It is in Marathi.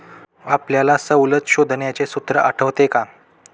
आपल्याला सवलत शोधण्याचे सूत्र आठवते का?